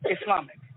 Islamic